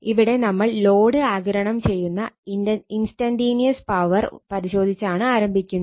ഇവിടെ നമ്മൾ ലോഡ് ആഗിരണം ചെയ്യുന്ന ഇൻസ്റ്റന്റീനിയസ് പവർ പരിശോധിച്ചാണ് ആരംഭിക്കുന്നത്